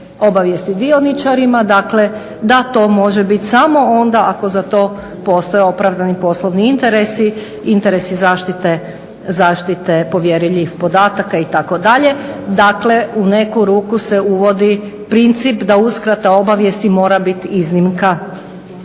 obavijest dioničarima dakle da to može biti samo onda ako za to postoje opravdani poslovni interesi, interesi zaštite povjerljivih podataka itd. dakle u neku ruku se uvodi princip da uskrata obavijesti mora biti iznimka